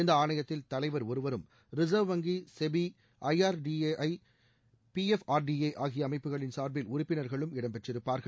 இந்த ஆணையத்தில் தலைவர் ஒருவரும் ரிசர்வ் வங்கி செபி ஐஆர்டிஏஐ பிஎஃப்ஆர்டிஏ ஆகிய அமைப்புகளின் சார்பில் உறுப்பினர்களும் இடம்பெற்றிருப்பார்கள்